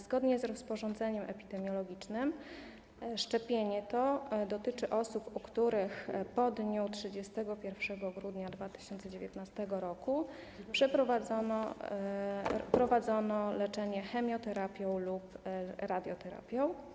Zgodnie z rozporządzeniem epidemiologicznym szczepienie to dotyczy osób, u których po dniu 31 grudnia 2019 r. przeprowadzono, wprowadzono leczenie chemioterapią lub radioterapią.